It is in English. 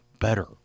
better